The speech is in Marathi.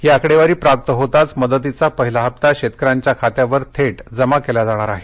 ही आकडेवारी प्राप्त होताच मदतीचा पहिला हप्ता शेतकऱ्यांच्या खात्यावर थेट जमा केला जाणार आहे